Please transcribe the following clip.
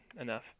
enough